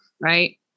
right